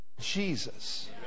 Jesus